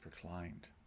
proclaimed